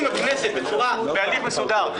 אם הכנסת בהליך מסודר,